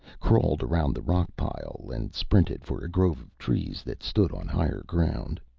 crawled around the rock pile and sprinted for a grove of trees that stood on higher ground.